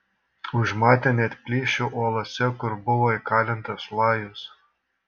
užmatė net plyšį uolose kur buvo įkalintas lajus